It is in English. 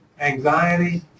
Anxiety